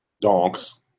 donks